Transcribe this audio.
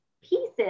pieces